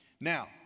Now